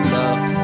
love